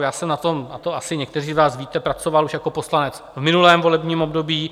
Já jsem na tom, a to asi někteří z vás víte, pracoval už jako poslanec v minulém volebním období.